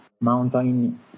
mountain